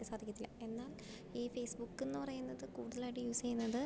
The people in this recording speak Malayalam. സാധിക്കത്തില്ല എന്നാൽ ഈ ഫേസ്ബുക്കെന്ന് പറയുന്നത് കൂടുതലായിട്ട് യൂസ് ചെയ്യുന്നത്